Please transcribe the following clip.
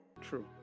True